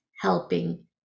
helping